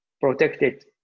protected